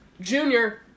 Junior